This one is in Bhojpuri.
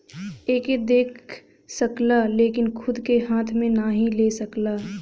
एके देख सकला लेकिन खूद के हाथ मे नाही ले सकला